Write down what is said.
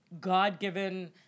God-given